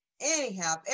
Anyhow